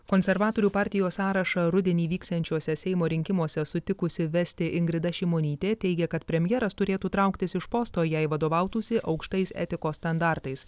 konservatorių partijos sąrašą rudenį vyksiančiuose seimo rinkimuose sutikusi vesti ingrida šimonytė teigė kad premjeras turėtų trauktis iš posto jei vadovautųsi aukštais etikos standartais